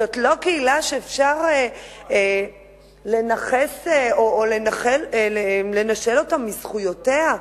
זאת לא קהילה שאפשר לנשל אותה מזכויותיה.